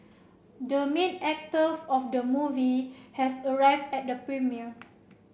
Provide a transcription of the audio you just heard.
the main actor of the movie has arrived at the premiere